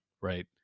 right